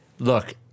Look